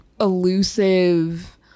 elusive